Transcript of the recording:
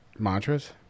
mantras